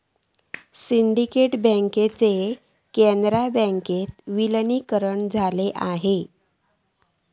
syndicate बँकेचा कॅनरा बँकेत विलीनीकरण झाला असा